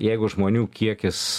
jeigu žmonių kiekis